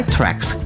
Tracks